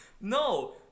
No